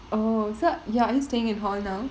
oh so you~ are you staying in hall now